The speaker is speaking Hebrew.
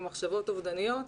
עם מחשבות אובדניות,